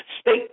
state